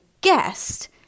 guest